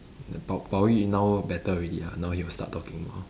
d~ Bao~ Bao Yu now better already ah now he will start talking more